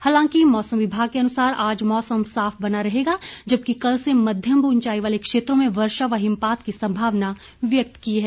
हालांकि मौसम विभाग के अनुसार आज मौसम साफ बना रहेगा जबकि कल से मध्यम व उंचाई वाले क्षेत्रों में वर्षा व हिमपात की संभावना व्यक्त की है